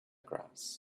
grass